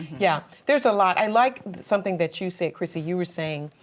yeah, there's a lot. i like something that you said, crissie, you were saying,